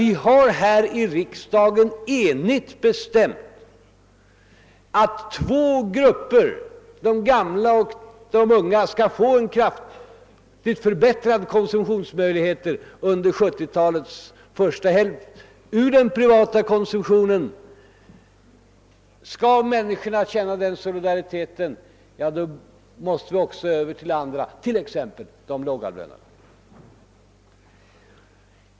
Vi har här i riksdagen enigt bestämt att två grupper — de gamla och de unga — skall få en kraftigt förbättrad konsumtionsmöjlighet under 1970-talets första hälft ur den privata konsumtionen. Skall människorna känna den solidariteten, då måste vi också tillgodose andra grupper, t.ex. de lågavlönade.